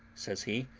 says he,